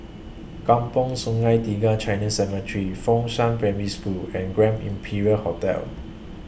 Kampong Sungai Tiga Chinese Cemetery Fengshan Primary School and Grand Imperial Hotel